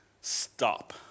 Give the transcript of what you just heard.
stop